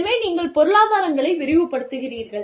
எனவே நீங்கள் பொருளாதாரங்களை விரிவுபடுத்துகிறீர்கள்